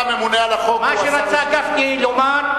מה שרצה גפני לומר,